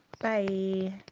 Bye